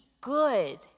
good